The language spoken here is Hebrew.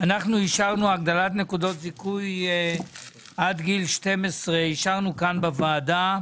אנחנו אישרנו הגדלת נקודות זיכוי עד גיל 12 כאן בוועדה